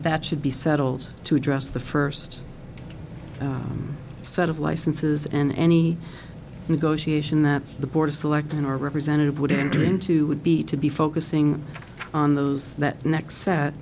that should be settled to address the first set of licenses and any negotiation that the board of selectmen or representative would enter into would be to be focusing on those that next set